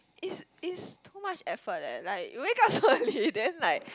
is is too much effort eh like you wake up so early then like